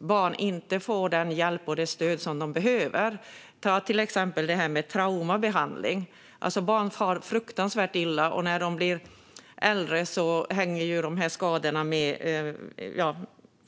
barn inte får den hjälp och det stöd de behöver. Låt oss ta traumabehandling som exempel. Barn far fruktansvärt illa, och när de blir äldre hänger skadorna med.